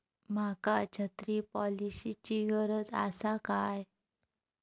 माका छत्री पॉलिसिची गरज आसा काय?